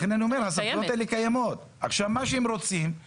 מה שהם רוצים זה